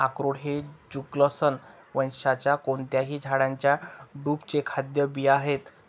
अक्रोड हे जुगलन्स वंशाच्या कोणत्याही झाडाच्या ड्रुपचे खाद्य बिया आहेत